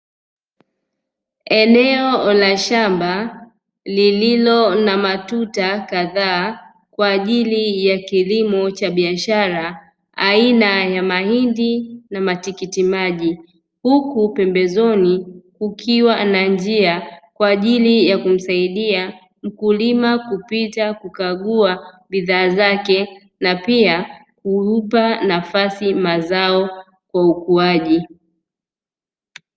Eneo la shamba lililo na matuta kadhaa kwa ajili ya kilimo cha biashara aina ya mahindi na matikiti maji, huku pembezoni kukiwa na njia kwa ajili ya kumsaidia mkulima kupita kukagua bidhaa zake na pia humpa nafasi mazao kwa ukuaji.